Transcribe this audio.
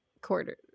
quarter